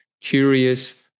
curious